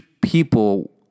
people